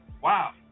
Wow